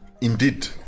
Indeed